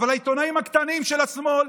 אבל העיתונאים הקטנים של השמאל,